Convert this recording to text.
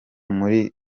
muri